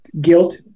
guilt